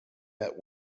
net